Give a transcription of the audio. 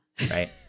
right